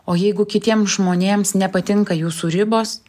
o jeigu kitiems žmonėms nepatinka jūsų ribos